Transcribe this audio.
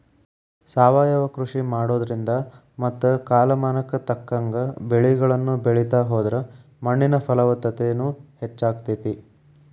ಸಾವಯವ ಕೃಷಿ ಮಾಡೋದ್ರಿಂದ ಮತ್ತ ಕಾಲಮಾನಕ್ಕ ತಕ್ಕಂಗ ಬೆಳಿಗಳನ್ನ ಬೆಳಿತಾ ಹೋದ್ರ ಮಣ್ಣಿನ ಫಲವತ್ತತೆನು ಹೆಚ್ಚಾಗ್ತೇತಿ